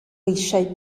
eisiau